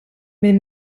mill